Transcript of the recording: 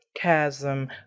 chasm